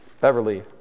Beverly